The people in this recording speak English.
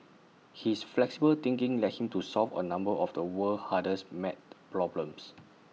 his flexible thinking led him to solve A number of the world's hardest math problems